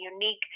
unique